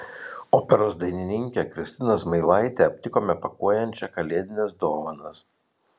operos dainininkę kristiną zmailaitę aptikome pakuojančią kalėdines dovanas